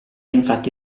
infatti